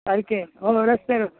सारकें हय हय